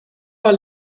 par